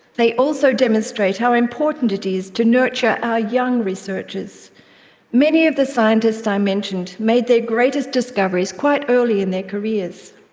they also demonstrate how important it is to nurture our young researchers many of the scientists i mentioned made their greatest discoveries quite early in their careers.